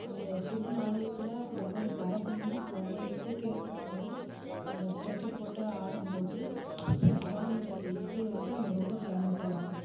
அந்த சிவன் ஆலயத்தில் ஒவ்வொரு பரதமும் ஒவ்வொரு இசைக்கேற்றபடி நம்ம ஸ்டெப்பு போட்டு ஆடும்போது இந்த பரதங்கிறது இசையை வந்து அங்கே ரொம்ப ஃபேமஸாக இருக்கும்